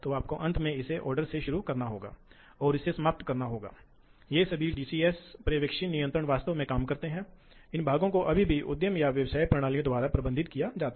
इसलिए हम बाद में देखेंगे जब हम विभिन्न ड्राइव विशेषताओं को देखते हैं कि कैसे मोटर्स में हमारे पास वास्तव में निरंतर टोक़ और निरंतर शक्ति के ये क्षेत्र हैं